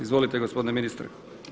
Izvolite gospodine ministre.